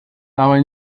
dabei